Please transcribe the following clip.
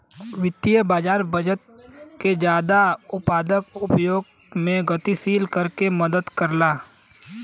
वित्तीय बाज़ार बचत के जादा उत्पादक उपयोग में गतिशील करे में मदद करला